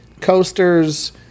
coasters